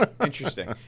interesting